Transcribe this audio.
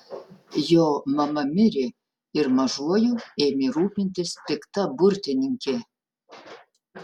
jo mama mirė ir mažuoju ėmė rūpintis pikta burtininkė